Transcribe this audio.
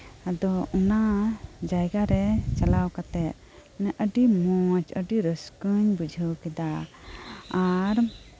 ᱟᱫᱚ ᱚᱱᱟ ᱡᱟᱭᱜᱟ ᱨᱮ ᱪᱟᱞᱟᱣ ᱠᱟᱛᱮᱜ ᱟᱹᱰᱤ ᱢᱚᱪ ᱟᱹᱰᱤ ᱨᱟᱹᱥᱠᱟᱹᱧ ᱵᱩᱡᱷᱟᱹᱣ ᱠᱮᱫᱟ ᱟᱨ